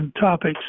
topics